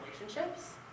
relationships